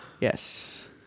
Yes